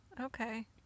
okay